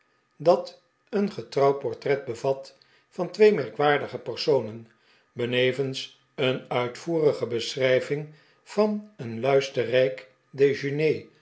dat een getrouw portret bevat van twee merkwaardige personen benevens een uitvoerige beschrijving van een luisterrijk